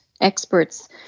experts